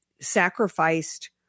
sacrificed